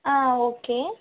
ஆ okay